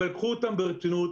אבל קחו אותם ברצינות,